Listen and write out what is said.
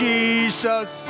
Jesus